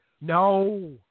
No